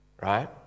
right